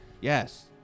Yes